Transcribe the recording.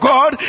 God